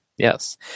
Yes